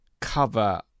cover